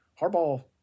Harbaugh